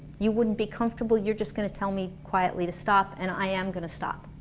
you wouldn't be comfortable. you're just gonna tell me quietly to stop and i am gonna stop